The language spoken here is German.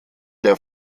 der